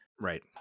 right